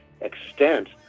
extent